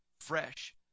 fresh